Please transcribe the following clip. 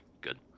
good